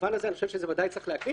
במובן הזה אני חושב שזה צריך להקרין.